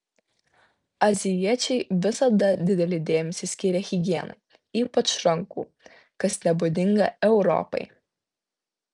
azijiečiai visada didelį dėmesį skyrė higienai ypač rankų kas nebūdinga europai